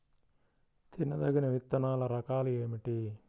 తినదగిన విత్తనాల రకాలు ఏమిటి?